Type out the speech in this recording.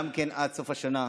גם כן עד סוף השנה.